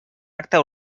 acte